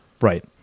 Right